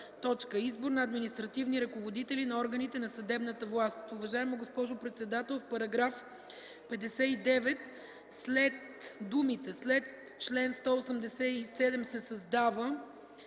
Избор на административни ръководители на органите на съдебната власт” Уважаема госпожо председател, в § 59, след думите „След чл. 187 се създава”